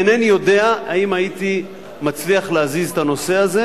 אינני יודע אם הייתי מצליח להזיז את הנושא הזה,